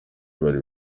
bari